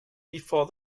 before